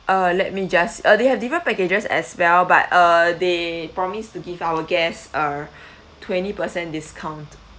uh let me just uh they have different packages as well but uh they promise to give our guests err twenty percent discount